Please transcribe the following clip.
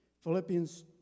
Philippians